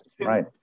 right